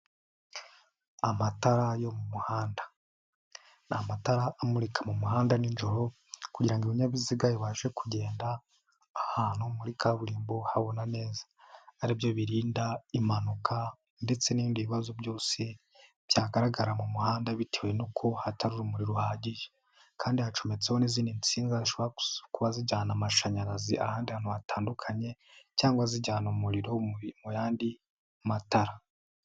Amatara yo mu muhanda ni amatara amurika mu muhanda nijoro kugira ngo ibinyabiziga bibashe kugenda ahantu muri kaburimbo habona neza aribyo birinda impanuka ndetse n'ibindi bibazo byose byagaragara mu muhanda bitewe n'uko hatari urumuri ruhagije kandi hacometseho n'izindi nsinga zishobora kuba zijyana amashanyarazi ahandi hantu hatandukanye cyangwa zijyana umuriro mu yandi matara.